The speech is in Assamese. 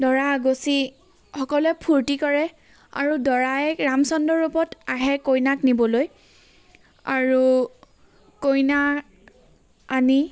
দৰা আগুচি সকলোৱে ফূৰ্তি কৰে আৰু দৰাই ৰামচন্দ্ৰৰ ৰূপত আহে কইনাক নিবলৈ আৰু কইনা আনি